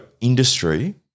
industry